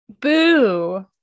Boo